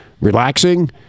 relaxing